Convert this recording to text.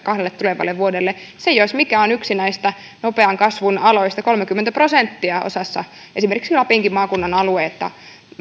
kahdelle tulevalle vuodelle se jos mikä on yksi näistä nopean kasvun aloista kolmekymmentä prosenttia osassa esimerkiksi lapinkin maakunnan alueita